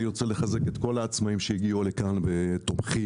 אני רוצה לחזק את כל העצמאים שהגיעו לכאן ותומכים,